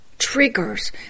triggers